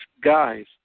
guys